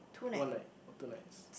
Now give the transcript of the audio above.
one night or two nights